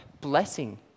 Blessing